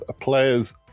players